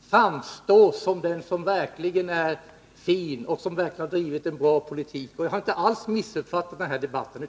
framstå som den som verkligen har drivit en bra politik. Jag har inte alls missuppfattat debatten.